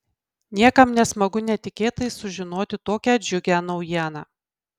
niekam nesmagu netikėtai sužinoti tokią džiugią naujieną